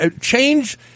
Change